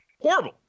horrible